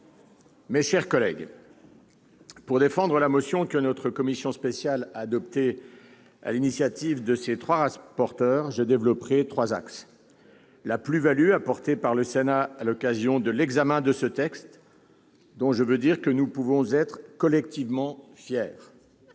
mes chers collègues, pour défendre la motion que notre commission spéciale a adoptée sur l'initiative de ses trois rapporteurs, je développerai trois axes : premièrement, la plus-value apportée par le Sénat à l'occasion de l'examen de ce texte, plus-value dont nous pouvons être fiers collectivement ;